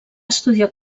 estudiar